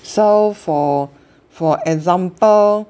so for for example